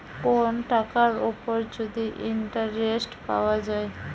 কোন টাকার উপর যদি ইন্টারেস্ট পাওয়া যায়